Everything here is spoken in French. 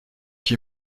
qui